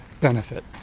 benefit